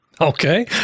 Okay